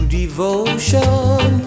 devotion